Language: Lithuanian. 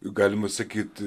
galima sakyt